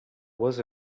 was